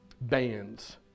bands